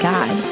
God